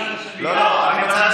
05:00. , 04:00, מה השעה?